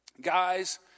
Guys